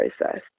process